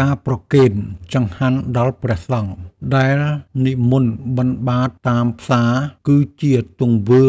ការប្រគេនចង្ហាន់ដល់ព្រះសង្ឃដែលនិមន្តបិណ្ឌបាតតាមផ្សារ គឺជាទង្វើ